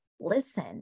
listen